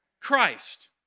Christ